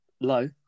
Low